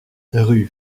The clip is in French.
rue